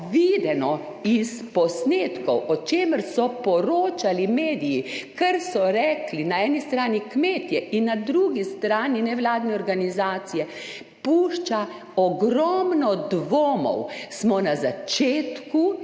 s posnetkov, o čemer so poročali mediji, kar so rekli na eni strani kmetje in na drugi strani nevladne organizacije, pušča ogromno dvomov. Smo na začetku